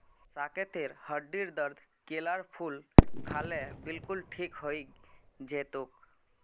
साकेतेर हड्डीर दर्द केलार फूल खा ल बिलकुल ठीक हइ जै तोक